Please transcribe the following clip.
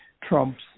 Trump's